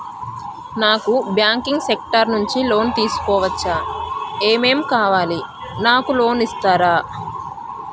నాకు banking sector నుంచి loan తీసుకోవచ్చా? ఏమేం కావాలి? నాకు లోన్ ఇస్తారా?